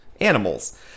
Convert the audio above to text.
animals